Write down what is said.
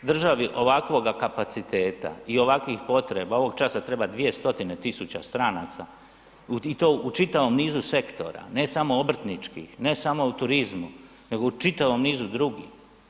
Državi ovakvoga kapaciteta i ovakvih potreba ovog časa treba 200.000 stranaca i to u čitavom nizu sektora, ne samo obrtničkih, ne samo u turizmu nego u čitavom nizu drugih.